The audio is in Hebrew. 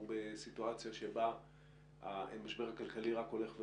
בסיטואציה שבה המשבר הכלכלי רק הולך ומחריף,